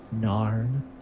Narn